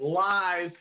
live